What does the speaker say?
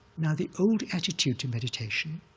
now, the old attitude to meditation